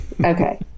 Okay